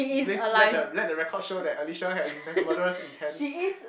please let the let the record show that Alicia have mass murderous intent